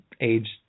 age